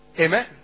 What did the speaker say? Amen